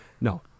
No